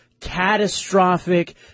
catastrophic